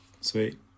Sweet